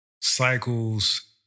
cycles